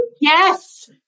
Yes